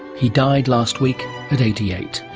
he died last week at eighty eight.